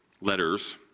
letters